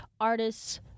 artists